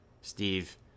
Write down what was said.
Steve